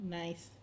nice